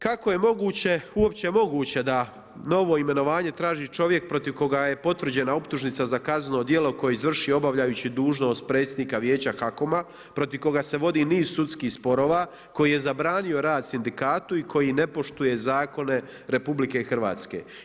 Kako je moguće, uopće moguće, da novo imenovanje traži čovjek protiv koga je potvrđena optužnica za kazneno djelo koji je izvršio obavljajući dužnost predsjednika vijeća HAKOM-a protiv koga se vodi niz sudskih sporova, koji je zabranio rad sindikatu i koji ne poštuje zakone RH.